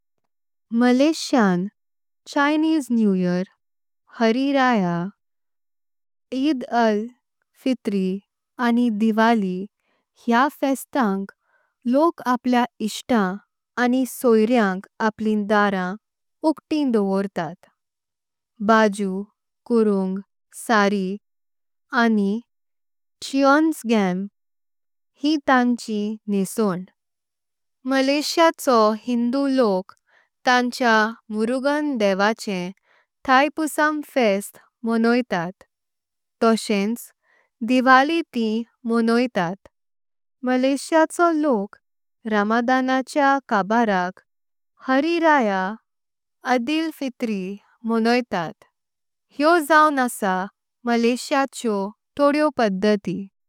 Malaysian Chinese new year Hari Raya Aidilfitri. आनी दिवळी ह्या फेस्तांक लोक आपल्या इत्ताम। आनी सोयर्यांक आपली धरम उगतीं दवोरतात। बाजू, कुरुंग, साडी आनी च्योंगसाम ही तांची नेसन। मलेशियाचो हिंदु लोक तांच्या मुरुगन देवाचें थायपूसम। फेस्त मोणोतात तॊचेंच दिवळी तीं मोणोतात मलेशियाचो। लोक रमदानाचें कब रक हारी राया ऐदिलीफित्री। मोणोतात हेउं जाऊन आसा मलेशियाच्यो तॊडॊ पडती।